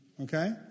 Okay